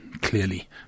clearly